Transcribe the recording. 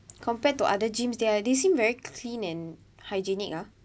compared to other gyms their they seem very clean and hygienic ah